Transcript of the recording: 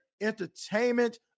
entertainment